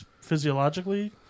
physiologically